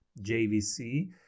JVC